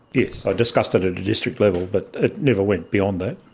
yes, i discussed it it at a district level, but it never went beyond that.